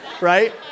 right